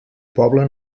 poble